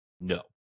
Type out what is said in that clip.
No